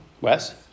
Wes